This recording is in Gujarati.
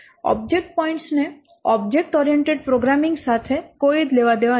ઓબ્જેક્ટ પોઇન્ટ્સ ને ઓબ્જેક્ટ ઓરિયેન્ટેડ પ્રોગ્રામિંગ સાથે કોઈ લેવાદેવા નથી